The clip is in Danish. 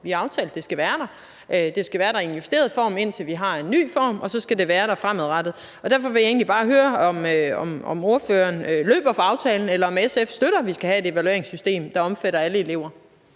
vi har aftalt. Vi har aftalt, det skal være der i en justeret form, indtil vi har en ny form, og så skal det være der fremadrettet. Og derfor vil jeg egentlig bare høre, om ordføreren løber fra aftalen, eller om SF støtter, at vi skal have et evalueringssystem, der omfatter alle elever.